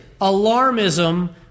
alarmism